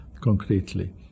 concretely